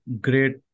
great